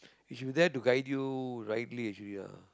if he there to guide you rightly actually ah